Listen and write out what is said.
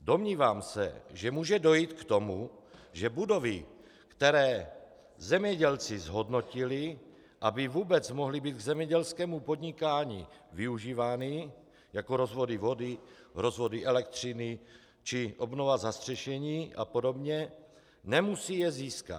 Domnívám se, že může dojít k tomu, že budovy, které zemědělci zhodnotili, aby vůbec mohli být k zemědělskému podnikání využívány, jako rozvody vody, rozvody elektřiny či obnova zastřešení apod., nemusí získat.